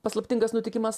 paslaptingas nutikimas